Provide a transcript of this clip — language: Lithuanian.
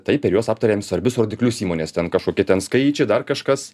tai per juos aptariam svarbius rodiklius įmonės ten kažkokie ten skaičiai dar kažkas